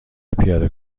پیاده